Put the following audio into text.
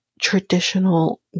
traditional